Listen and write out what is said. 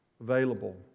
available